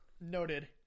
noted